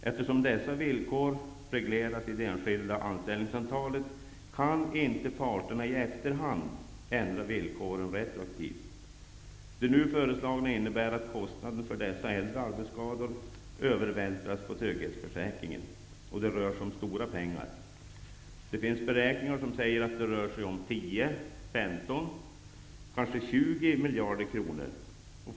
Eftersom dessa villkor regleras i enskilda anställningsavtal, kan inte parterna i efterhand ändra villkoren retroaktivt. Förslaget innebär att kostnaderna för de äldre arbetsskadorna övervältras på trygghetsförsäkringen. Det rör sig om stora belopp. Det finns beräkningar som säger att det rör sig om 10--15, eller kanske 20 miljarder kronor.